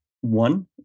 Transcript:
one